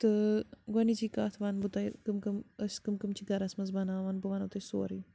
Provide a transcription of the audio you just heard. تہٕ گۄدٕنِچی کَتھ وَن بہٕ تۄہہِ کٕم کٕم أسۍ کٕم کٕم چھِ گَرَس منٛز بَناوان بہٕ وَنو تۄہہِ سورُے